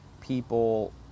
people